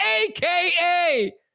aka